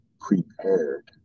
prepared